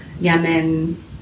Yemen